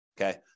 okay